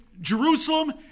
Jerusalem